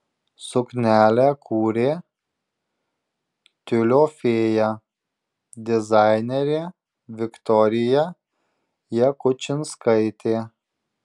suknelę kūrė tiulio fėja dizainerė viktorija jakučinskaitė